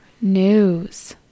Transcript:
news